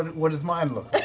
what does mine look